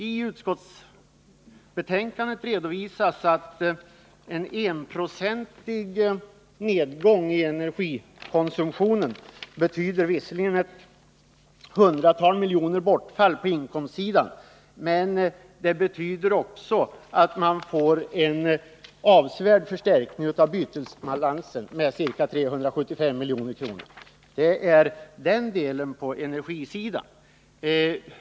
I utskottsbetänkandet redovisas att en enprocentig nedgång i energikonsumtionen visserligen betyder ett bortfall på ett hundratal miljoner på inkomstsidan, men det betyder också en avsevärd förstärkning av bytesbalansen, nämligen med ca 375 milj.kr. Det är den delen bara på energisidan.